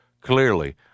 clearly